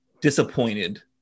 disappointed